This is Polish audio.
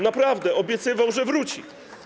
Naprawdę obiecywał, że wróci.